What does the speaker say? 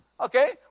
Okay